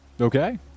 okay